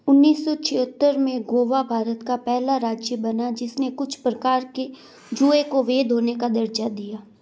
उन्नीस सौ छिहत्तर में गोवा भारत का पहला राज्य बना जिसने कुछ प्रकार के जुए को वैध होने का दर्जा दिया